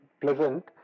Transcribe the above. pleasant